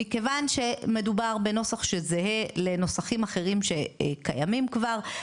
מכיוון שמדובר בנוסח שזהה לנוסחים אחרים שקיימים כבר,